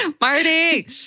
Marty